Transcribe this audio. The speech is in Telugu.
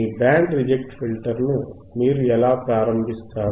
మీ బ్యాండ్ రిజెక్ట్ ఫిల్టర్ ను మీరు ఎలా ప్రారంభిస్తారు